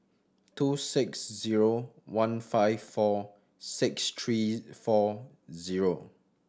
two six zero one five four six three four zero